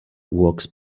walks